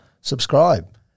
Subscribe